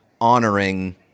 honoring